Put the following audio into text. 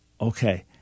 Okay